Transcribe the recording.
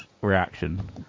reaction